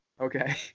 Okay